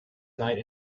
night